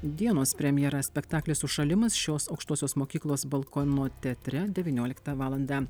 dienos premjera spektaklis užšalimas šios aukštosios mokyklos balkono teatre devynioliktą valandą